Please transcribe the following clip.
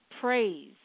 Praise